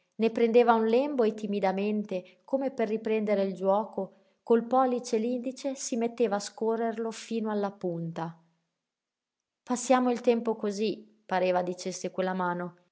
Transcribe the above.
ne prendeva un lembo e timidamente come per riprendere il giuoco col pollice e l'indice si metteva a scorrerlo fino alla punta passiamo il tempo cosí pareva dicesse quella mano